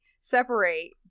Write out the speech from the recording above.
separate